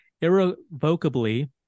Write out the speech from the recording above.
irrevocably